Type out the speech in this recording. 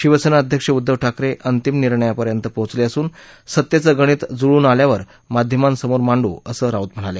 शिवसेना अध्यक्ष उद्धव ठाकरे अंतिम निर्णयापर्यंत पोचले असून सत्तेचं गणित जुळून आल्यावर माध्यमांसमोर मांडू असं राऊत म्हणाले